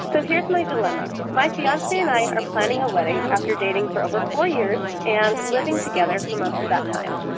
but here's my dilemma. my fiance and i are planning a wedding after dating for over four years and living together for most of that time.